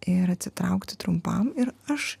ir atsitraukti trumpam ir aš